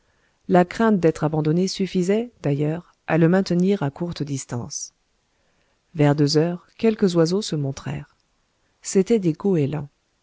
la crainte d'être abandonné suffisait d'ailleurs à le maintenir à courte distance vers deux heures quelques oiseaux se montrèrent c'étaient des goélands